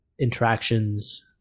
interactions